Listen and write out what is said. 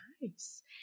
Nice